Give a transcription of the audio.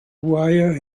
wire